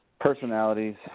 personalities